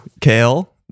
Kale